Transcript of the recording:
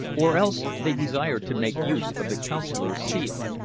or else they desired to make use of the consular seal.